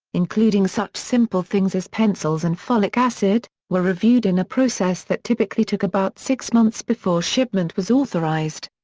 including such simple things as pencils and folic acid, were reviewed in a process that typically took about six months before shipment was authorized.